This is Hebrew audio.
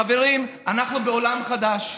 חברים, אנחנו בעולם חדש,